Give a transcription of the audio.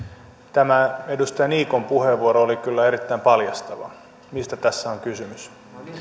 tämä edustaja niikkon puheenvuoro oli kyllä erittäin paljastava mistä tässä on kysymys